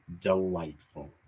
Delightful